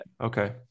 okay